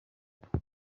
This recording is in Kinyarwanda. gutaha